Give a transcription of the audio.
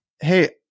hey